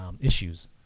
issues